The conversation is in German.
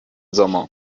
sommer